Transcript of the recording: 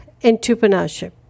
entrepreneurship